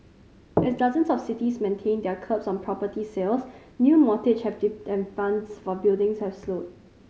as dozens of cities maintain their curbs on property sales new mortgages have dipped and funds for building have slowed